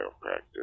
practice